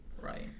right